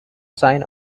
sign